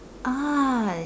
ah